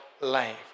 life